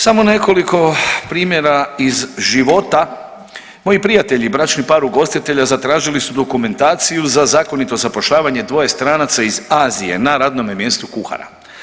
Samo nekoliko primjera iz života, moji prijatelji bračni par ugostitelja zatražili su dokumentaciju za zakonito zapošljavanje dvoje stranca iz Azije na radnome mjestu kuhara.